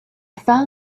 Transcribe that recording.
found